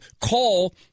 call